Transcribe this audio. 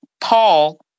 Paul